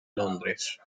londres